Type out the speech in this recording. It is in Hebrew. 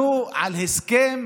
תחתמו,